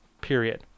Period